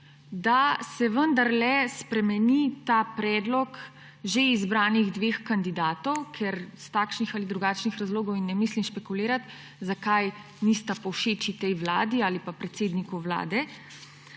da se vendarle spremeni ta predlog že izbranih dveh kandidatov, ker iz takšnih ali drugačnih razlogov – in ne mislim špekulirati, zakaj nista povšeči tej vladi ali pa predsedniku Vlade.